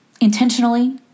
intentionally